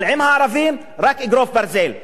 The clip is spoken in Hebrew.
אבל עם הערבים, רק אגרוף ברזל.